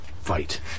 fight